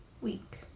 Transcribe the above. week